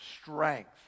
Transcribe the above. strength